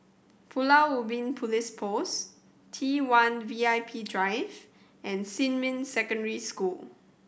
Pulau Ubin Police Post T One V I P Drive and Xinmin Secondary School